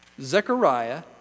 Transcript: Zechariah